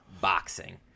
boxing